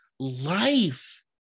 Life